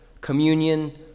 communion